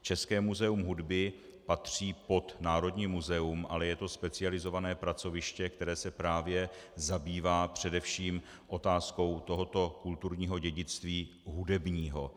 České muzeum hudby patří pod Národní muzeum, ale je to specializované pracoviště, které se právě zabývá především otázkou tohoto kulturního dědictví hudebního.